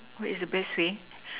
what is the best way